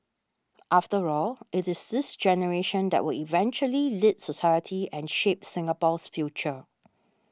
after all it is this generation that will eventually lead society and shape Singapore's future